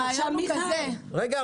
הרעיון הוא כזה --- רגע,